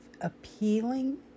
appealing